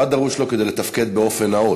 מה דרוש לו כדי לתפקד באופן נאות,